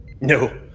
No